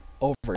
over